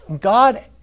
God